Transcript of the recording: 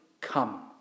come